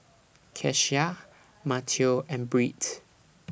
Keshia Matteo and Britt